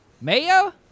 Mayo